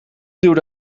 duwde